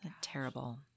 Terrible